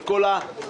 עם כל הכבוד.